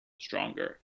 stronger